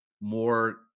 more